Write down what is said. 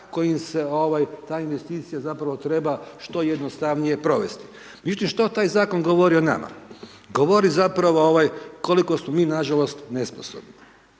kojim se ta investicija treba što jednostavnije provesti. Mislim, što taj zakon govori o nama? Govori zapravo, koliko smo mi, na žalost nesposobni.